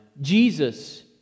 Jesus